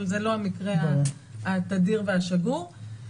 אבל זה לא המקרה התדיר והשגור,